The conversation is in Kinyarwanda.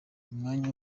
n’umwanya